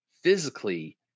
physically